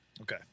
Okay